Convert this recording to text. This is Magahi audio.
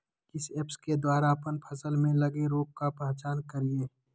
किस ऐप्स के द्वारा अप्पन फसल में लगे रोग का पहचान करिय?